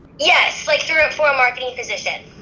yes like through it for a marketing position.